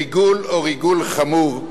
ריגול או ריגול חמור,